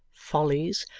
follies,